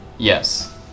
yes